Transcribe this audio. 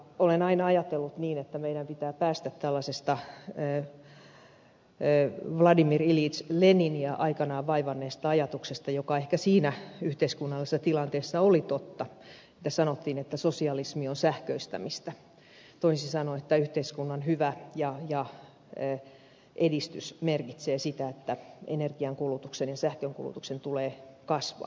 olen aina ajatellut niin että meidän pitää päästä tällaisesta vladimir iljits leniniä aikanaan vaivanneesta ajatuksesta joka ehkä siinä yhteiskunnallisessa tilanteessa oli totta mitä sanottiin että sosialismi on sähköistämistä toisin sanoen yhteiskunnan hyvä ja edistys merkitsee sitä että energiankulutuksen ja sähkönkulutuksen tulee kasvaa